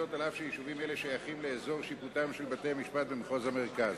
וזאת אף שיישובים אלה שייכים לאזור שיפוטם של בתי-המשפט במחוז המרכז.